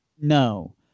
No